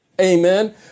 Amen